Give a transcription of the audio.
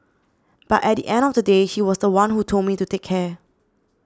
but at the end of the day he was the one who told me to take care